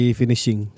finishing